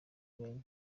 murenge